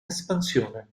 espansione